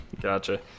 Gotcha